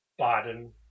Biden